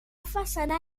façana